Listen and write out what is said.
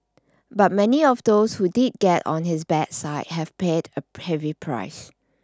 but many of those who did get on his bad side have paid a heavy price